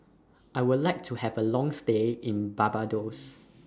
I Would like to Have A Long stay in Barbados